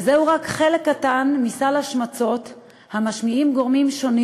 וזהו רק חלק קטן מסל ההשמצות שמשמיעים גורמים שונים